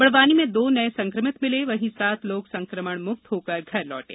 बड़वानी में दो नये संकमित मिले वहीं सात लोग संकमणमुक्त होकर घर लौटे